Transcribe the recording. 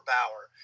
Bauer